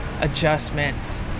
adjustments